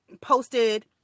posted